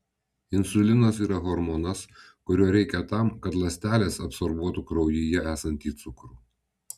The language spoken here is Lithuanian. insulinas yra hormonas kurio reikia tam kad ląstelės absorbuotų kraujyje esantį cukrų